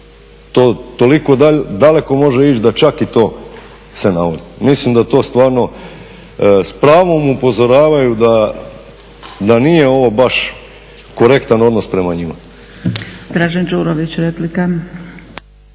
To toliko daleko može ići da čak i to se navodi. Mislim da to stvarno s pravom upozoravaju da nije ovo baš korektan odnos prema njima.